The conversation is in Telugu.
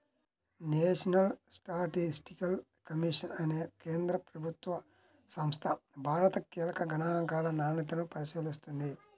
నేషనల్ స్టాటిస్టికల్ కమిషన్ అనే కేంద్ర ప్రభుత్వ సంస్థ భారత కీలక గణాంకాల నాణ్యతను పరిశీలిస్తుంది